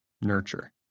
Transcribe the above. nurture